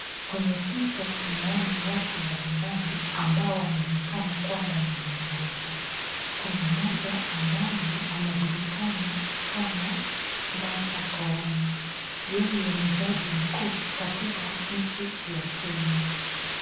Kwenye picha tunaona watu mbali mbali ambao wanaonekana kwamba ni viongozi. Kuna mmoja ambae anajulikana kama Martha Koome. Yeye ni Jaji mkuu katika nchi ya Kenya.